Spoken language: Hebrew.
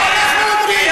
את זה אנחנו אומרים,